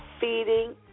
feeding